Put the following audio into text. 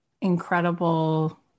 incredible